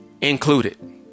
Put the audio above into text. included